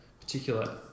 particular